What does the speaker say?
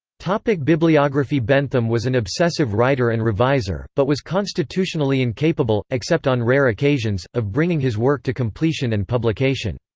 like bibliography bentham was an obsessive writer and reviser, but was constitutionally incapable, except on rare occasions, of bringing his work to completion and publication.